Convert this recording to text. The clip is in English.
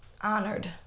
honored